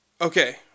Okay